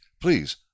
please